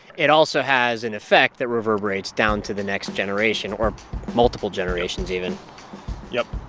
it also has an effect that reverberates down to the next generation or multiple generations even yup